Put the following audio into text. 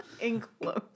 Enclosed